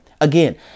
Again